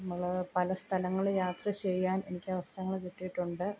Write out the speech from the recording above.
നമ്മൾ പല സ്ഥലങ്ങളിൽ യാത്ര ചെയ്യാൻ എനിക്ക് അവസരങ്ങൾ കിട്ടിയിട്ടുണ്ട്